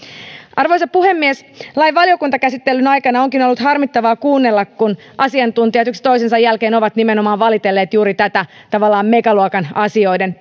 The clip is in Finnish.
arvoisa puhemies lain valiokuntakäsittelyn aikana onkin ollut harmittavaa kuunnella kun asiantuntijat yksi toisensa jälkeen ovat nimenomaan valitelleet juuri tätä megaluokan asioiden